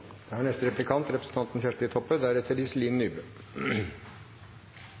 Da har representanten Kjersti Toppe